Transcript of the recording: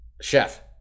Chef